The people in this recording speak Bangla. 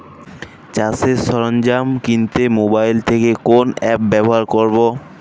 চাষের সরঞ্জাম কিনতে মোবাইল থেকে কোন অ্যাপ ব্যাবহার করব?